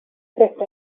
griffiths